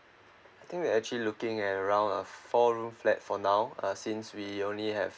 I think we actually looking at around a four room flat for now uh since we only have